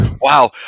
Wow